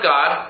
God